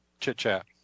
chit-chat